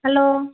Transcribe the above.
hello